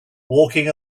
walking